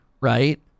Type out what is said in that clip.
Right